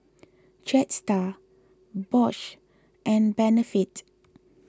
Jetstar Bosch and Benefit